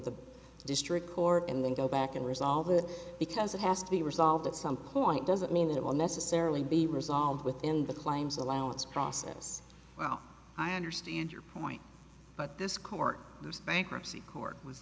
the district court and then go back and resolve it because it has to be resolved at some point doesn't mean that it will necessarily be resolved within the claims allowance process well i understand your point but this court the bankruptcy court was